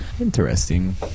Interesting